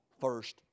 first